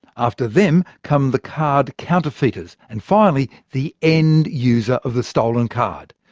after them come the card counterfeiters, and finally, the end user of the stolen card.